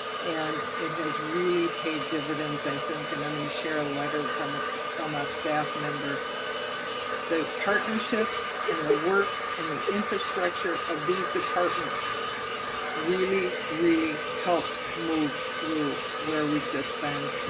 and it has really paid dividends, i think, and i'm going to share a letter from ah from a staff member. michelle the partnerships and the work and the infrastructure of these departments really, really helped move through where we've just been.